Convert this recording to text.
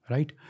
Right